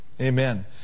Amen